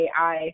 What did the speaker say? AI